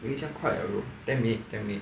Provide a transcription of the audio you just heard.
你以为这样快 ah bro